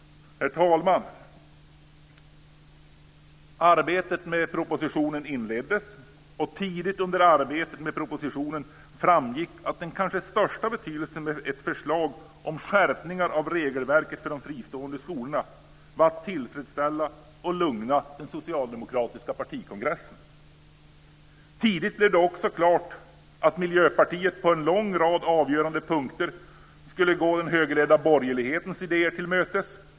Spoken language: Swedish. Herr talman! Arbetet med propositionen inleddes. Tidigt under det arbetet framgick att den kanske största meningen med ett förslag om skärpningar av regelverket för de fristående skolorna var att tillfredsställa och lugna den socialdemokratiska partikongressen. Tidigt blev det också klart att Miljöpartiet på en lång rad avgörande punkter skulle gå den högerledda borgerlighetens idéer till mötes.